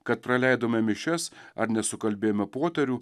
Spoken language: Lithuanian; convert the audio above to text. kad praleidome mišias ar nesukalbėjome poterių